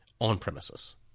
on-premises